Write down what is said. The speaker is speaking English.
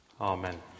Amen